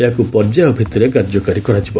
ଏହାକୁ ପର୍ଯ୍ୟାୟଭିତ୍ତିରେ କାର୍ଯ୍ୟକାରୀ କରାଯିବ